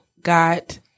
got